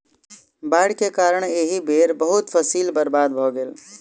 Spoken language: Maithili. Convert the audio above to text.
बाइढ़ के कारण एहि बेर बहुत फसील बर्बाद भअ गेल